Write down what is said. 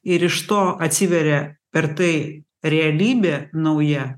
ir iš to atsiveria per tai realybė nauja